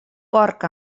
porc